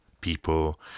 people